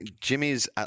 Jimmy's